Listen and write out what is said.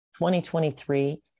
2023